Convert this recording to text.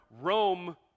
Rome